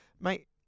mate